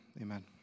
Amen